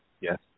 Yes